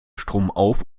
stromauf